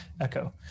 echo